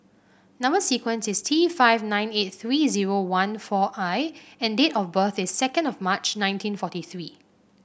number sequence is T five nine eight three zero one four I and date of birth is second of March nineteen forty three